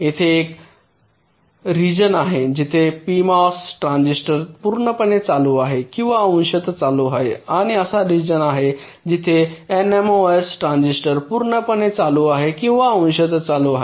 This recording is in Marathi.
येथे असा एक रिजन आहे जेथे पीएमओएस ट्रान्झिस्टर पूर्णपणे चालू आहे किंवा अंशतः चालू आहे आणि असा रिजन आहे जेथे एनएमओएस ट्रान्झिस्टर पूर्णपणे चालू आहे किंवा अंशतः चालू आहे